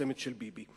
המפורסמת של ביבי.